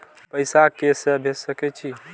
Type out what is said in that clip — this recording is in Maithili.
पैसा के से भेज सके छी?